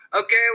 Okay